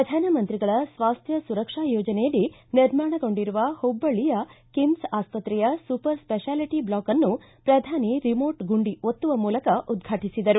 ಪ್ರಧಾನಮಂತ್ರಿಗಳ ಸ್ವಾಸ್ತ್ಯ ಸುರಕ್ಷಾ ಯೋಜನೆಯಡಿ ನಿರ್ಮಾಣಗೊಂಡಿರುವ ಹುಬ್ಬಳ್ಳಿಯ ಕಿಮ್ಲ ಆಸ್ವತ್ರೆಯ ಸೂಪರ ಸ್ವೇಶಾಲಿಟಿ ಬ್ಲಾಕನ್ನು ಪ್ರಧಾನಿ ರಿಮೋಟ್ ಗುಂಡಿ ಒತ್ತುವ ಮೂಲಕ ಉದ್ಘಾಟಿಸಿದರು